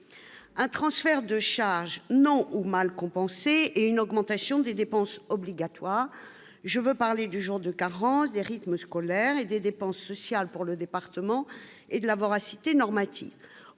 un transfert de charges non ou mal compensée et une augmentation des dépenses obligatoires, je veux parler du jour de carence des rythmes scolaires et des dépenses sociales pour le département et de la voracité normative